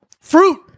Fruit